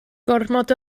gormod